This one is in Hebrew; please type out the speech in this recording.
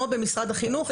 או במשרד החינוך,